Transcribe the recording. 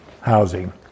housing